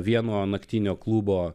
vieno naktinio klubo